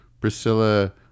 Priscilla